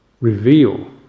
reveal